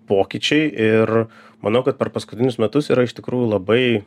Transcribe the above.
pokyčiai ir manau kad per paskutinius metus yra iš tikrųjų labai